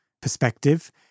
perspective